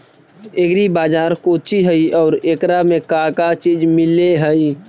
Agri बाजार कोची हई और एकरा में का का चीज मिलै हई?